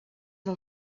del